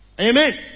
Amen